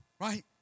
right